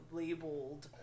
labeled